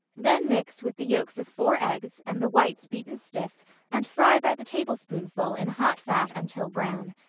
then mix with the yolks of four eggs and the whites beaten stiff and fry by the tablespoonful in hot fat until brown.